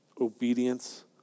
obedience